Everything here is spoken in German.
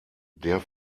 der